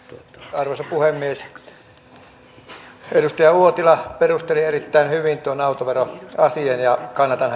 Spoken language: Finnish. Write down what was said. arvoisa puhemies edustaja uotila perusteli erittäin hyvin tuon autoveroasian ja kannatan